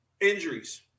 injuries